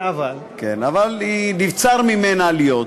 אבל נבצר ממנה להיות,